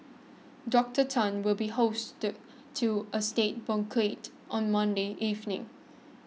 Doctor Tan will be hosted to a state banquet on Monday evening